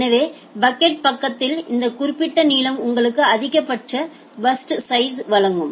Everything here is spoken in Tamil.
எனவே பாக்கெட் பக்கத்தில் இந்த குறிப்பிட்ட நீளம் உங்களுக்கு அதிகபட்ச பர்ஸ்ட் சைஸ் யை வழங்கும்